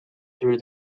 through